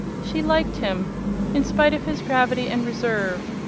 she liked him in spite of his gravity and reserve,